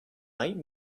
might